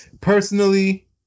Personally